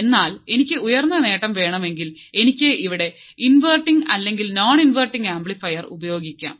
എന്നാൽ എനിക്ക് ഉയർന്ന ഗെയ്ൻ വേണമെങ്കിൽ എനിക്ക് ഇവിടെ ഇൻവെർട്ടിംഗ് അല്ലെങ്കിൽ നോൺ ഇൻവെർട്ടിംഗ് ആംപ്ലിഫയർ ഉപയോഗിക്കാം